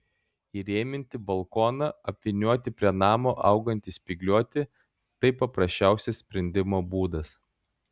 įrėminti balkoną apvynioti prie namo augantį spygliuotį tai paprasčiausias sprendimo būdas